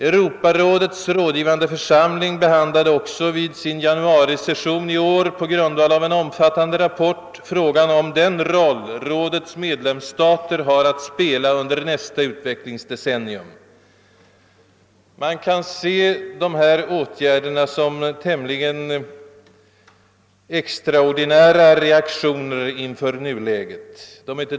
Europarådets rådgivande församling behandlade också i sin januarisession i år på grundval av en omfattande rapport frågan om den roll rådets medlemsstater har att spela under nästa utvecklingsdecennium. Man kan se dessa åtgärder som inte desperata men tämligen extraordinära reaktioner inför nuläget.